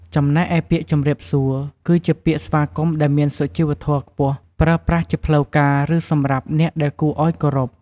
ចំណែកឯពាក្យ ជម្រាបសួរ គឺជាពាក្យស្វាគមន៍ដែលមានសុជីវធម៌ខ្ពស់ ប្រើប្រាស់ជាផ្លូវការឬសំរាប់អ្នកដែលគួរអោយគោរព។